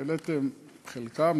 העליתם את חלקן,